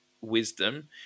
Wisdom